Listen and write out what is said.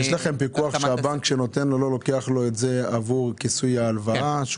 יש לכם פיקוח על כך שהבנק שנותן לא לוקח את זה עבור כיסוי ההלוואה?